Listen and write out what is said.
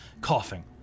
coughing